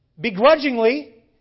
begrudgingly